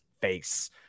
face